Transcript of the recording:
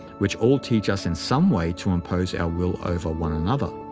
which all teach us in some way to impose our will over one another,